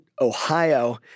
Ohio